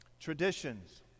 traditions